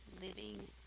living